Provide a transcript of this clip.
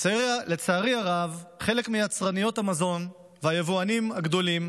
לצערי הרב, חלק מיצרניות המזון והיבואנים הגדולים